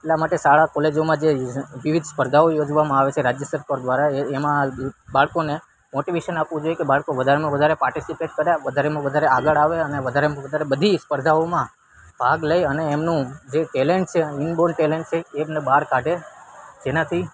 એટલા માટે શાળા કોલેજોમાં જે વિવિધ સ્પર્ધાઓ યોજવામાં આવે છે રાજ્ય સરકાર દ્વારા એ એમાં બાળકોને મોટીવેશન આપવું જોઈએ કે બાળકો વધારેમાં વધારે પાર્ટીસિપેટ કરે વધારેમાં વધારે આગળ આવે અને વધારેમાં વધારે બધી સ્પર્ધાઓમાં ભાગ લઈ અને એમનું જે ટેલેન્ટ છે ઇન્ડોર ટેલેન્ટ છે એમને બહાર કાઢે જેનાથી